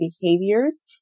behaviors